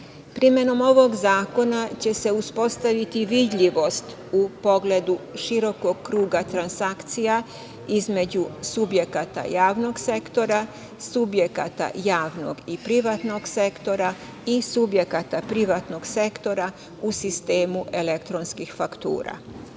ovog zakona će se uspostaviti vidljivost u pogledu širokog kruga transakcija između subjekata javnog sektora, subjekata javnog i privatnog sektora i subjekata privatnog sektora u sistemu elektronskih faktura. Kroz